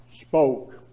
spoke